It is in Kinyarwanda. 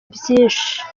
byinshi